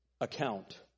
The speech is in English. account